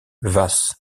vas